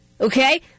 okay